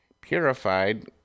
purified